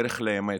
ערך לאמת.